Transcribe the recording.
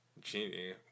Genie